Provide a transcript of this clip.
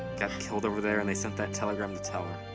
got killed over there and they sent that telegram to tell